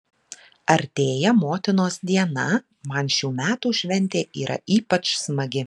artėja motinos diena man šių metų šventė yra ypač smagi